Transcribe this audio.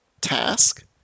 task